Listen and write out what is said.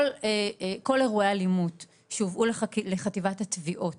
כל אירועי האלימות שהובאו לחטיבת התביעות